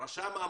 של רשם העמותות.